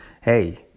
hey